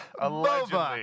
Allegedly